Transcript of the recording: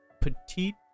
petite